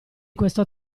questo